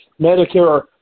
Medicare